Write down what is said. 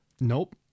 Nope